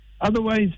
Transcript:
Otherwise